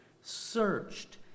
searched